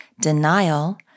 Denial